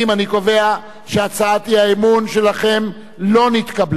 אני קובע שהצעת האי-אמון שלכם לא נתקבלה.